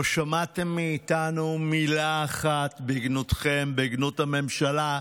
לא שמעתם מאיתנו מילה אחת בגנותכם, בגנות הממשלה.